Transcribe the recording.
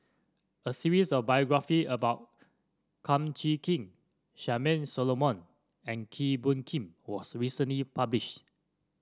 a series of biography about Kum Chee Kin Charmaine Solomon and Kee Bee Khim was recently published